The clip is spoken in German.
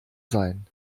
sein